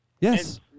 Yes